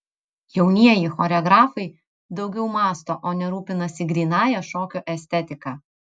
jaunieji choreografai daugiau mąsto o ne rūpinasi grynąja šokio estetika